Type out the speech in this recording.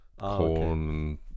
Corn